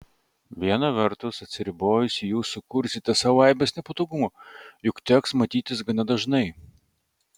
viena vertus atsiribojusi jūs sukursite sau aibes nepatogumų juk teks matytis gana dažnai